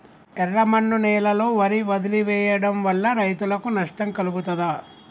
ఎర్రమన్ను నేలలో వరి వదిలివేయడం వల్ల రైతులకు నష్టం కలుగుతదా?